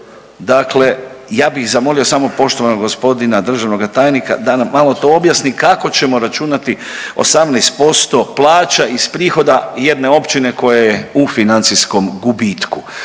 Dakle, ja bih zamolio samo poštovanog gospodina državnog tajnika da nam malo to objasni kako ćemo računati 18% plaća iz prihoda jedne općine koja je u financijskom gubitku.